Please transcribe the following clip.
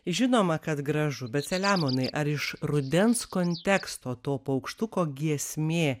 žinoma kad gražu bet selemonai ar iš rudens konteksto to paukštuko giesmė